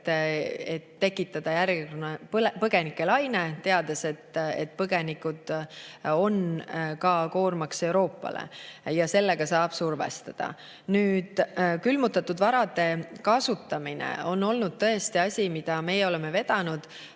et tekitada järjekordne põgenikelaine, teades, et põgenikud on koormaks Euroopale ja sellega saab survestada. Nüüd, külmutatud varade kasutamine on olnud tõesti asi, mida meie oleme vedanud.